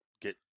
get